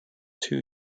two